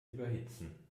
überhitzen